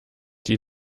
die